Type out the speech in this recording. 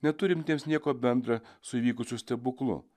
neturintiems nieko bendra su įvykusiu stebuklu